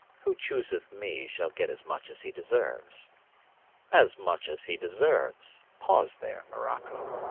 who chooseth me shall get as much as he deserves as much as he deserves! pause there, morocco,